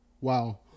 wow